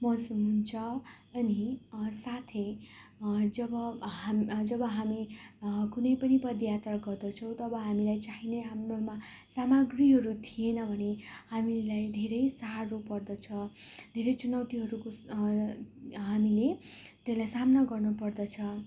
मौसम हुन्छ अनि साथै जब जब हामी कुनै पनि पदयात्रा गर्दछौँ तब हामीलाई चाहिने हाम्रोमा सामाग्रीहरू थिएन भने हामीलाई धेरै साह्रो पर्दछ धेरै चुनौतीहरूको हामीले त्यसलाई सामना गर्नुपर्दछ